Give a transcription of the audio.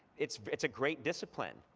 it's it's a great discipline.